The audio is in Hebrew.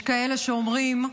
יש כאלה שאומרים: